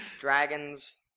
Dragons